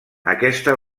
aquesta